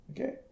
okay